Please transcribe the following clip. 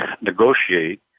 negotiate